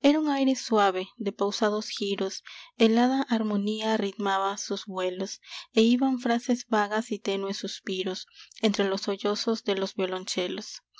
era un aire suave de pausados giros el hada harmonía ritmaba sus vuelos e iban frases vagas y tenues suspiros entre los sollozos de los violoncelos